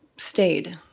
stayed,